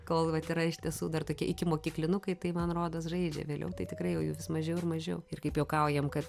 kol vat yra iš tiesų dar tokie ikimokyklinukai tai man rodos žaidžia vėliau tai tikrai jau jų vis mažiau ir mažiau ir kaip juokaujam kad